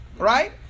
right